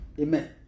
Amen